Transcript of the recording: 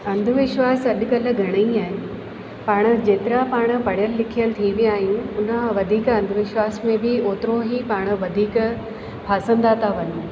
अंधविश्वास अॼु कल्ह घणेई आहिनि पाण जेतिरा पाण पढ़ियलु लिखियलु थी विया आहियूं उन खा वधीक अंधविश्वास में बि ओतिरो ई पाण वधीक फासंदा था वञूं